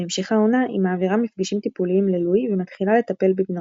בהמשך העונה היא מעבירה מפגשים טיפוליים ללואי ומתחילה לטפל בבנו.